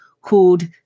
called